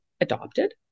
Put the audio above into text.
adopted